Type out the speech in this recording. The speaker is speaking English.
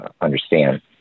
understand